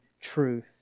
truth